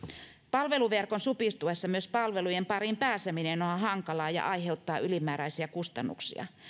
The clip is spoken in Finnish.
palveluverkon supistuessa myös palvelujen pariin pääseminen on hankalaa ja aiheuttaa ylimääräisiä kustannuksia